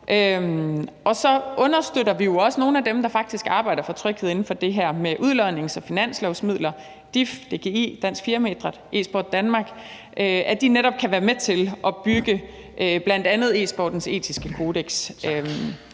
Og så understøtter vi jo også nogle af dem, der faktisk arbejder for tryghed inden for det her område med udlodnings- og finanslovsmidler – DIF, DGI, Dansk Firmaidræt, Esport Danmark – så de netop kan være med til at bygge bl.a. e-sportens etiske kodeks.